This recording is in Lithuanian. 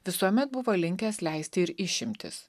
visuomet buvo linkęs leisti ir išimtis